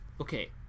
Okay